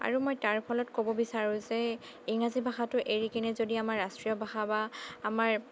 আৰু মই তাৰ ফলত ক'ব বিচাৰোঁ যে ইংৰাজী ভাষাটো এৰিকেনে যদি আমাৰ ৰাষ্ট্ৰীয় ভাষা বা আমাৰ